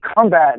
combat